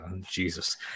Jesus